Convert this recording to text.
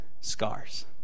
scars